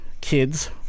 kids